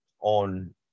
on